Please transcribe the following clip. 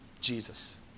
Jesus